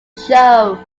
show